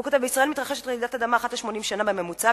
הוא כותב: בישראל מתרחשת רעידת אדמה אחת ל-80 שנה בממוצע,